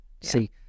See